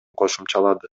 кошумчалады